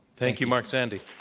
thank you, mark zandi.